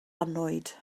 annwyd